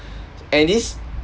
and is